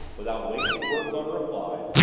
without wasting words on a reply,